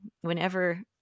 Whenever